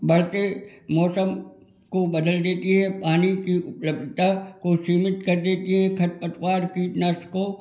बढ़ते मौसम को बदल देती है पानी की उपलब्धता को सीमित कर देती है खरपतवार कीटनाशकों